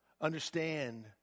Understand